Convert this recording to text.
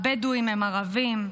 הבדואים הם ערבים,